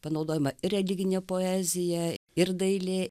panaudojama ir religinė poezija ir dailė